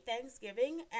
Thanksgiving